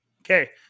Okay